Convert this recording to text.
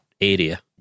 area